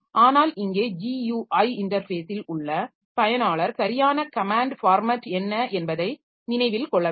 ஆனால் இங்கே GUI இன்டர்ஃபேஸில் உள்ள பயனாளர் சரியான கமேன்ட் ஃபார்மட் என்ன என்பதை நினைவில் கொள்ளவில்லை